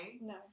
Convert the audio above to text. No